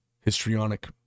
histrionic